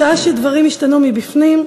משעה שדברים ישתנו מבפנים,